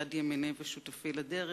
יד ימיני ושותפי לדרך.